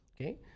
Okay